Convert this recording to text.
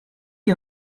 you